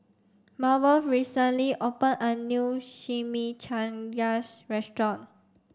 Marvel recently opened a new Chimichangas restaurant